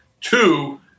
Two